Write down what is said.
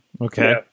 Okay